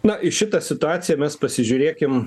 na į šitą situaciją mes pasižiūrėkim